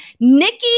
Nikki